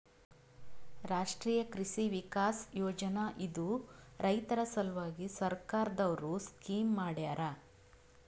ರಾಷ್ಟ್ರೀಯ ಕೃಷಿ ವಿಕಾಸ್ ಯೋಜನಾ ಇದು ರೈತರ ಸಲ್ವಾಗಿ ಸರ್ಕಾರ್ ದವ್ರು ಸ್ಕೀಮ್ ಮಾಡ್ಯಾರ